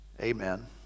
Amen